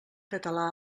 català